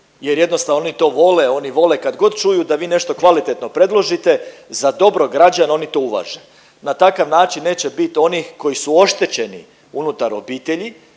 jer jednostavno oni to vole, oni vole kad god čuju da vi nešto kvalitetno predložite za dobro građana oni to uvaže. Na takav način neće biti onih koji su oštećeni unutar obitelji